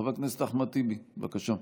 חבר הכנסת אחמד טיבי, בבקשה.